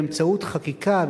באמצעות חקיקה,